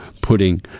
putting